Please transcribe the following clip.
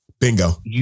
bingo